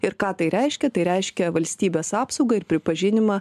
ir ką tai reiškia tai reiškia valstybės apsaugą ir pripažinimą